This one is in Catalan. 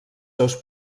seus